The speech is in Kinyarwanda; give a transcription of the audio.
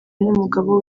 n’umugabo